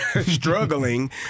struggling